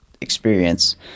experience